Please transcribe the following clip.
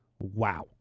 wow